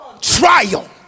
trial